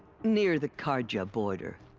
near the carja border.